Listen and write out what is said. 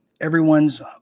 everyone's